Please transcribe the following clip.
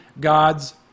God's